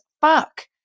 fuck